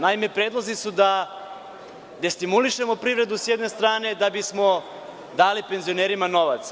Naime, predlozi su da destimulišemo privredu, s jedne strane, da bismo dali penzionerima novac.